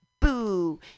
boo